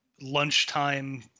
lunchtime